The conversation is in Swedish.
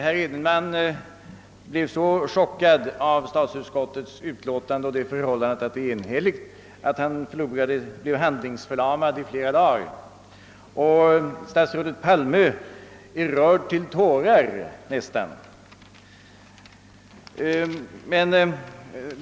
Herr Edenman blev så chockad av statsutskottets utlåtande och det förhållandet att det är enhälligt att han var handlingsförlamad i flera dagar, och statsrådet Palme är rörd nästan till tårar.